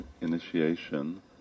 initiation